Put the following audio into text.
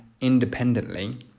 independently